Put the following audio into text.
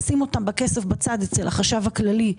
לשים אותם בכסף בצד אצל החשב הכללי,